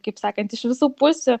kaip sakant iš visų pusių